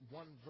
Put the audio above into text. one